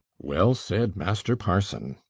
well said, master parson.